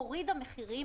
הורידה מחירים.